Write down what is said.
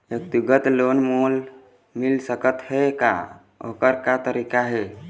व्यक्तिगत लोन मोल मिल सकत हे का, ओकर का तरीका हे?